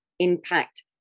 impact